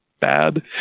bad